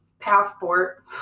passport